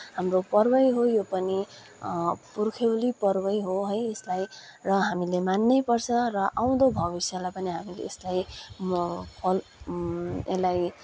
हाम्रो पर्वै हो यो पनि पुर्ख्यौली पर्वै हो है यसलाई र हामीले मान्नै पर्छ र आउँदो भविष्यलाई पनि हामीले यसलाई फल यसलाई